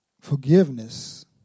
forgiveness